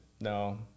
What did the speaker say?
No